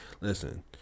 Listen